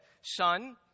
son